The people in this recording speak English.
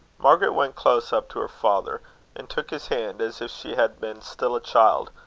margaret went close up to her father and took his hand as if she had been still a child,